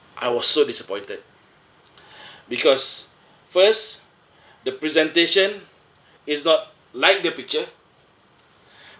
I was so disappointed because first the presentation is not like the picture